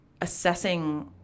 assessing